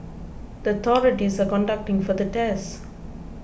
the authorities are conducting further tests